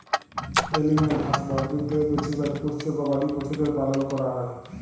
animal হাসবাঁদরিতে বেছিভাগ পোশ্য গবাদি পছুদের পালল ক্যরা হ্যয়